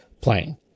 playing